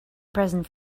present